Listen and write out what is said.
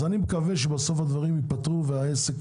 אז אני מקווה שהדברים ייפתרו בסוף והעסק